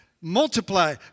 multiply